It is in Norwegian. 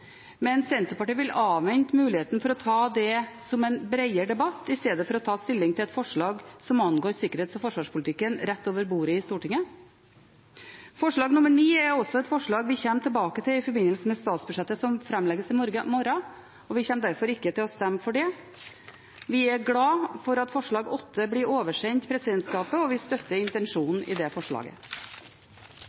men Senterpartiet vil avvente muligheten for å ta det som en bredere debatt i stedet for å ta stilling til et forslag som angår sikkerhets- og forsvarspolitikken, rett over bordet i Stortinget. Forslag nr. 9 er også et forslag vi kommer tilbake til i forbindelse med statsbudsjettet som framlegges i morgen, og vi kommer derfor ikke til å stemme for det. Vi er glade for at forslag nr. 8 blir oversendt presidentskapet, og vi støtter intensjonen i det forslaget.